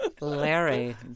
Larry